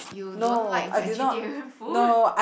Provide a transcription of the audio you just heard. you don't like vegetarian food